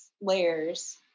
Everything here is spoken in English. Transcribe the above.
layers